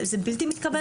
זה בלתי מתקבל על הדעת.